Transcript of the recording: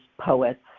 poets